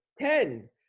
ten